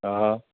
हा